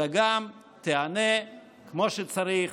אלא גם תענה כמו שצריך